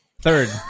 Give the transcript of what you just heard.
Third